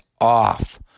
off